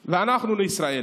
ואנחנו לישראל.